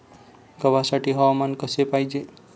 गव्हासाठी हवामान कसे पाहिजे?